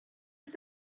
est